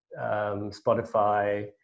spotify